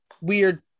weird